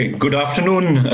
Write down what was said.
good afternoon,